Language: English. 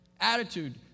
Attitude